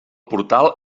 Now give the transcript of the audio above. portal